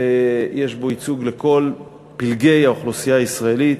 ויש בו ייצוג לכל פלגי האוכלוסייה הישראלית.